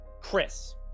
chris